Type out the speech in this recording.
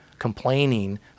complaining